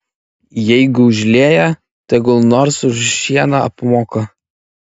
jeigu užlieja tegul nors už šieną apmoka